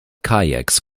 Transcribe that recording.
kayaks